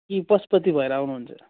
कि पशुपति भएर आउनुहुन्छ